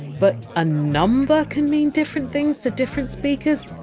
but a number can mean different things to different speakers?